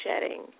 shedding